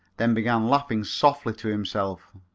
then began laughing softly to himself.